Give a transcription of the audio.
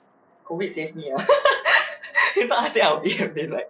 COVID saved me ah if not I think I will I mean like